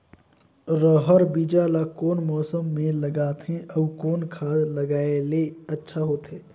रहर बीजा ला कौन मौसम मे लगाथे अउ कौन खाद लगायेले अच्छा होथे?